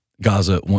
Gaza